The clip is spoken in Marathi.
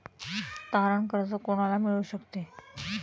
तारण कर्ज कोणाला मिळू शकते?